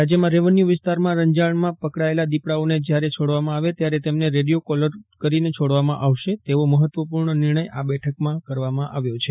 રાજ્યના રેવન્યુ વિસ્તારમાં રંજાડ માં પકડાયેલા દીપડાઓને જ્યારે છોડવામાં આવે ત્યારે તેમને રેડિયો કોલર કરીને છોડવામાં આવશે તેવો મફત્વપૂર્ણ નિર્ણય આ બેઠકમાં કરવામાં આવ્યો છે